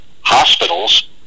hospitals